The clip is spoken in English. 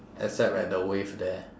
except at the wave there